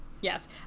Yes